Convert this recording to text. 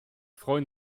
freuen